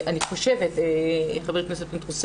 אני חושבת ח"כ פינדרוס,